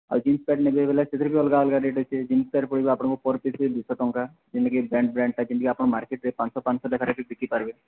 ଆଉ jeans pant ନେବେ ବୋଲେ ସେଥିରେ ବି ଅଲଗା ଅଲଗା ଟ ଜିସ ପଣ୍ ପଡ଼ିବ ଆପଣଙ୍କ ପର୍ ପିସ୍ ପଡ଼ିବ ଦୁଇ ଶହ ଟଙ୍କା ଯେତିି ବ୍ରାଣ୍ଡ ବ୍ରାଣ୍ଡଟ ଯେମତି ଆପଣ ମାର୍କେଟ୍ରେ ପାଞ୍ଚ ଶହ ପାଞ୍ଚ ଶହ ଟଙ୍କାରେ ବି ବିକି ପାର୍ବେ